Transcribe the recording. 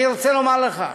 אני רוצה לומר לך,